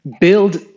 build